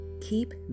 Keep